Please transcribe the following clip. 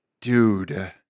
dude